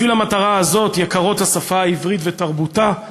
בשביל המטרה הזאת יקרות השפה העברית ותרבותה,